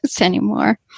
anymore